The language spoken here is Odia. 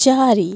ଚାରି